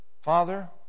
Father